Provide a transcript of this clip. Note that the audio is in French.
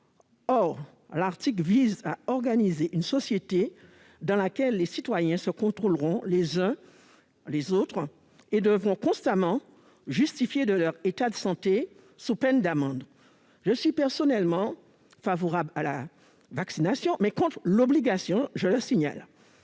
Or l'article prévoit d'organiser une société dans laquelle les citoyens se contrôleront les uns les autres et devront constamment justifier de leur état de santé sous peine d'amende. Je suis personnellement favorable à la vaccination, mais contre l'obligation, qui n'est